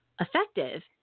effective